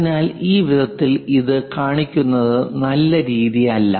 അതിനാൽ ഈ വിധത്തിൽ ഇത് കാണിക്കുന്നത് നല്ല രീതിയല്ല